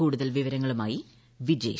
കൂടുതൽ വിവരങ്ങളുമായി വിജേഷ്